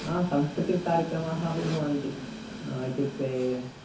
हा सांस्कृतिककार्यक्रमाः अपि भवन्ति इत्युक्ते